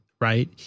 right